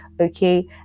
Okay